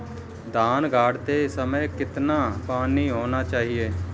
धान गाड़ते समय खेत में कितना पानी होना चाहिए?